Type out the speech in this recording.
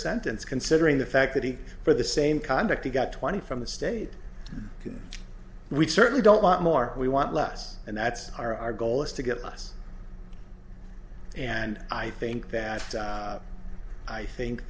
sentence considering the fact that he's for the same conduct he got twenty from the state we certainly don't want more we want less and that's our our goal is to get us and i think that i think